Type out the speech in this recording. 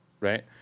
right